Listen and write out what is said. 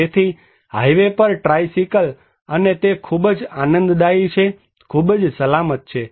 તેથી હાઈવે પર ટ્રાઇસિકલ અને તે ખૂબ જ આનંદદાયી છે ખૂબ સલામત છે